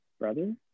brother